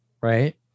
right